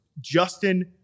Justin